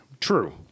True